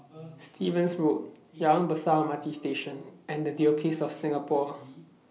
Stevens Road Jalan Besar M R T Station and The Diocese of Singapore